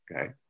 Okay